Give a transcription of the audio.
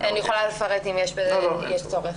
אני יכולה לפרט אם יש צורך.